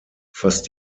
fast